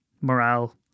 morale